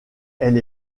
elle